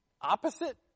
Opposite